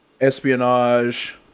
espionage